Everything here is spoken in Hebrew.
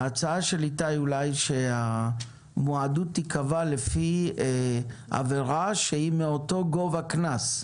ההצעה של איתי שהמועדות תיקבע לפי עבירה שהיא מאותו גובה קנס.